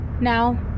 Now